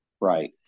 Right